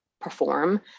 perform